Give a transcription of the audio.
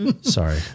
sorry